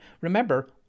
Remember